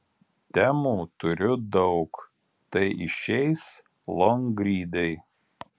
temų turiu daug tai išeis longrydai